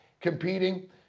competing